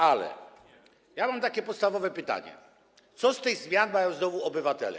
Ale mam takie podstawowe pytanie: Co z tych zmian mają znowu obywatele?